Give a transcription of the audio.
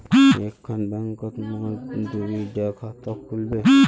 एक खान बैंकोत मोर दुई डा खाता खुल बे?